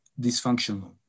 dysfunctional